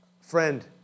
Friend